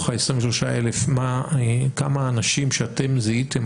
שמתוך ה-23,000 כמה אנשים אתם זיהיתם